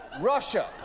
Russia